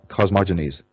cosmogonies